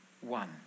one